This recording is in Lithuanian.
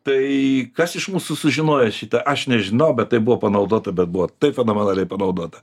tai kas iš mūsų sužinojo šitą aš nežinau bet tai buvo panaudota bet buvo taip fenomenaliai panaudota